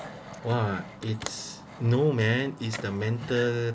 !wah! it's no man is the mental